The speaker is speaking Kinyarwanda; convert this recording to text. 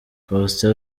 faustin